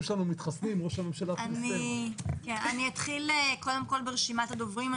אני אתחיל קודם כל ברשימת הדוברים.